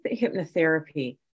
hypnotherapy